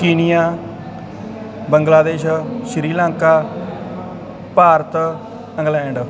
Kenya Bangladesh Sri Lanka Bharat England